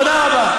תודה רבה.